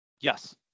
Yes